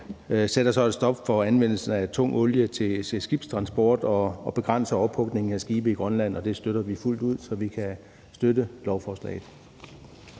sætter så et stop for anvendelsen af tung olie til skibstransport og begrænser ophugningen af skibe i Grønland, og det støtter vi fuldt ud. Så vi kan støtte lovforslaget.